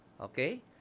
okay